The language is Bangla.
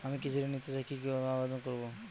আমি কৃষি ঋণ নিতে চাই কি ভাবে আবেদন করব?